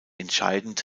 entscheidend